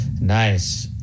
Nice